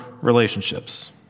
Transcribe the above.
relationships